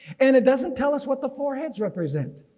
and it doesn't tell us what the four heads represent.